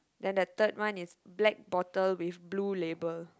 then the third one is black bottle with blue label